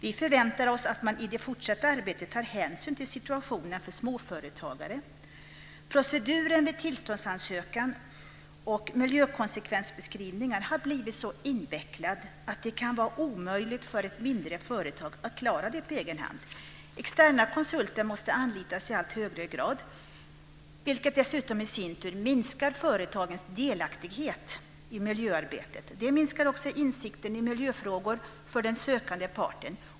Vi förväntar oss att man i det fortsatta arbetet tar hänsyn till situationen för småföretagare. Proceduren vid tillståndsansökan och miljökonsekvensbeskrivningar har blivit så invecklad att det kan vara omöjligt för ett mindre företag att klara det på egen hand. Externa konsulter måste anlitas i allt högre grad, vilket dessutom i sin tur minskar företagens delaktighet i miljöarbetet. Det minskar också insikten i miljöfrågor för den sökande parten.